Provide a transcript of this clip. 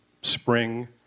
spring